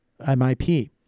MIP